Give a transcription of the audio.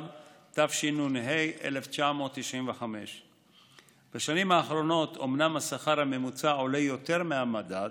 התשנ"ה 1995. בשנים האחרונות אומנם השכר הממוצע עולה יותר מהמדד,